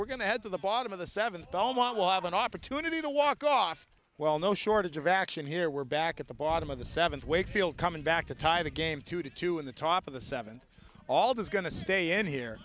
we're going to head to the bottom of the seventh belmont will have an opportunity to walk off well no shortage of action here we're back at the bottom of the seventh wakefield coming back to tie the game to two in the top of the seventh all that's going to stay in here